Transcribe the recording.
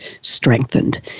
strengthened